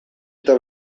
eta